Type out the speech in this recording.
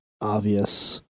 obvious